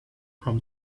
from